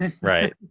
Right